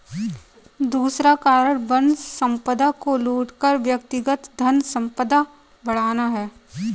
दूसरा कारण वन संपदा को लूट कर व्यक्तिगत धनसंपदा बढ़ाना है